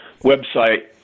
website